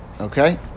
okay